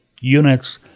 units